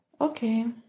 okay